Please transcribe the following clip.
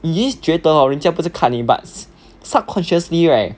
你一直的觉得人家不是看你 hor but subconsciously right